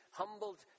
humbled